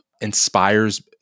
inspires